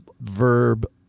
verb